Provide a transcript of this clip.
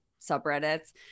subreddits